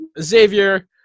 Xavier